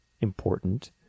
important